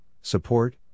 support